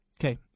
Okay